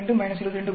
2 22